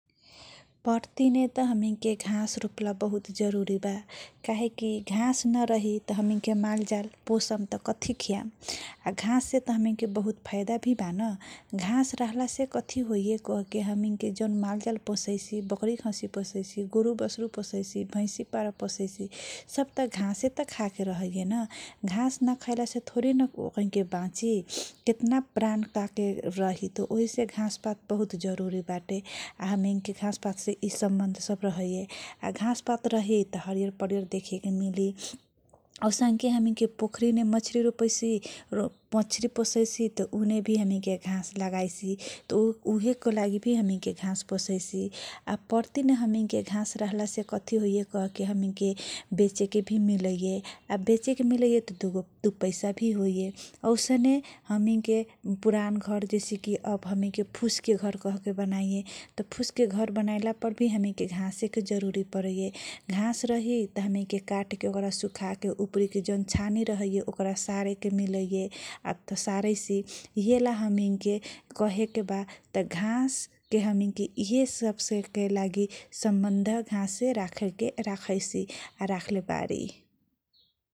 पर्टीमे हमिनके घाँस रोपला बहुत जरूरी वा यि घास नरही त मालजाल पोस्म कति खि्याम? आ घाससे बहुत फैइदा भी बा न घास रहला से कथी घेइए कहके जौन मालजाल पोछेसी ब्रकी खसी गोरु वसरु पोछैछि भैसी पारा पोन्छैसी सब त घास त खाँ के रहैए न । घाँस नखएलासे थोरे न ओकैनके वाँची केतना व्रान्ड खाँके थोरही नबाची त ओही से घाँस पात बहुत जरुरी बाटे आ हमीन के यिसे सम्बन्ध सब रहैये । आ खास पात रही तँ हरीयर परीयर देखेके मिली, औसनके हमीनके मछरी पोछैछि त उने भी हमीन घाँस लगाइछि तँ उहेके लागि भि हमीनके घाँस पोछैछि पत्तीमे हमीनके घाँस रोपला से हमीनके बेच्चेके भी मिलैए । बेचेके मिलैए, त दु पैसा भी होइए, औसने हमीनके पुरान घर जैसे कि हमीनके फुसके घर बनाइछि, पूmसके घर बनएलापरभि घाँसके जरुरी परैए । घाँस रही त हमैनके काटके ओकरा सुकाइछि, सुखाके जौन उपरीके छानी रहैए त ओकरा छारेके मिलैए, त ओकरा छारैछि हमीनके कहेके बा त घाँस यिहे सबसे कैले हमीन सम्बन्ध राखेके या राखैछि या राखलेबारी ।